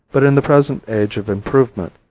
but in the present age of improvement,